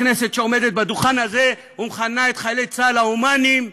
כנסת שעומדת בדוכן הזה ומכנה את חיילי צה"ל ההומניים,